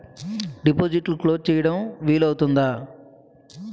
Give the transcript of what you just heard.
డిపాజిట్లు క్లోజ్ చేయడం వీలు అవుతుందా?